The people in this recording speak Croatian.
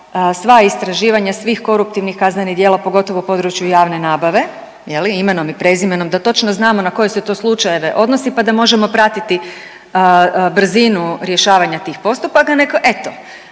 sva istraživanja svih koruptivnih kaznenih djela pogotovo u području javne nabave je li imenom i prezimenom da točno znamo na koje se to slučajeve odnosi pa da možemo pratiti brzinu rješavanja tih postupaka,